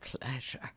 pleasure